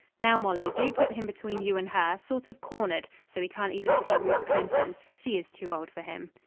now, molly, do put him between you and her, sort of cornered, so he can't even see ruth clinton. she is too old for him.